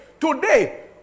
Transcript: Today